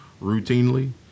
routinely